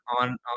on